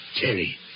Terry